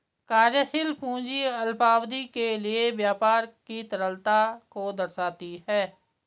कार्यशील पूंजी अल्पावधि के लिए व्यापार की तरलता को दर्शाती है